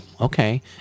Okay